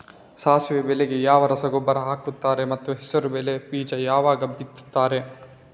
ಸಾಸಿವೆ ಬೆಳೆಗೆ ಯಾವ ರಸಗೊಬ್ಬರ ಹಾಕ್ತಾರೆ ಮತ್ತು ಹೆಸರುಬೇಳೆ ಬೀಜ ಯಾವಾಗ ಬಿತ್ತುತ್ತಾರೆ?